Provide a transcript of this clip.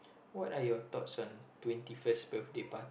what are your thoughts on twenty first birthday part